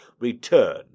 return